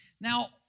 Now